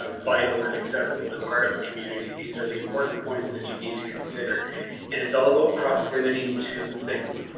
um vital and iaccessible and part of a community. these are the important points that you need to consider and it's all about proximity to things.